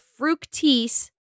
Fructis